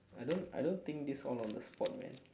I don't I don't think this all on the spot man